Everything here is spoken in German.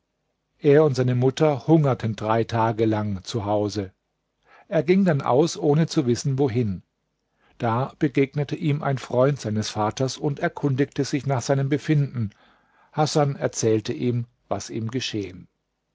er und seine mutter hungerten drei tage lang zu hause er ging dann aus ohne zu wissen wohin da begegnete ihm ein freund seines vaters und erkundigte sich nach seinem befinden hasan erzählte ihm was ihm geschehen